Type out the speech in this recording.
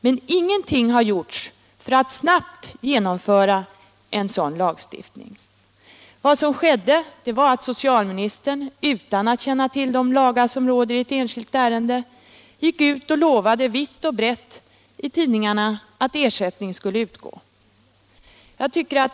Men ingenting har gjorts för att snabbt genomföra en ändring i lagstiftningen. Vad som skedde var att socialministern, utan att känna till de lagar som råder, i ett enskilt ärende gick ut och lovade vitt och brett i tidningarna att ersättning skulle utgå.